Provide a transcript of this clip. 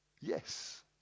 Yes